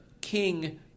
king